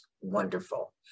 wonderful